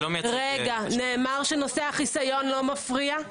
נאמר שנושא החיסון לא מפריע.